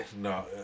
no